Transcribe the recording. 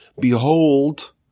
Behold